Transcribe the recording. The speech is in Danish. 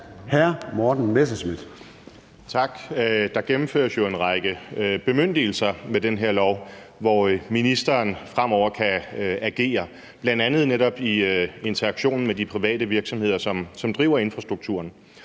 10:16 Morten Messerschmidt (DF): Tak. Der gennemføres jo en række bemyndigelser med den her lov, hvor ministeren fremover kan agere, bl.a. netop i interaktion med de private virksomheder, som driver infrastrukturen.